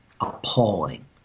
appalling